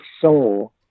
soul